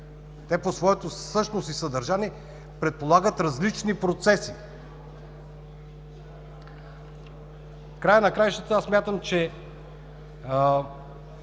те по своята същност и съдържание предполагат различни процеси. В края на краищата аз смятам, че